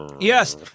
Yes